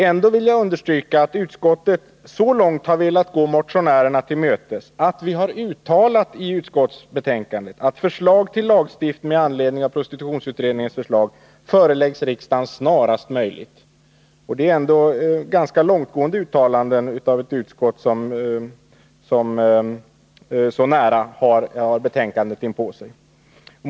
Ändå vill jag understryka att utskottet så långt har velat gå motionärerna till mötes att vi i betänkandet uttalat att förslag till lagstiftning med anledning av prostitutionsutredningens förslag skall föreläggas riksdagen snarast möjligt. Det är ändå ett ganska långtgående uttalande av ett utskott när betänkandet ligger så nära i tiden.